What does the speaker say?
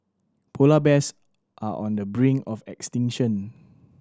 polar bears are on the brink of extinction